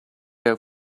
out